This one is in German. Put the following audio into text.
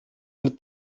mit